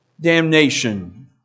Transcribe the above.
damnation